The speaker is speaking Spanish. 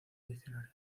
diccionario